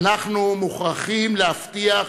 אנחנו מוכרחים להבטיח,